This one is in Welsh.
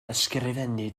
ysgrifennu